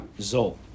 zol